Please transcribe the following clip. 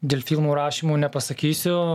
dėl filmų rašymo nepasakysiu